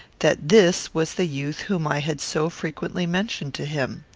that this was the youth whom i had so frequently mentioned to him.